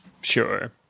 Sure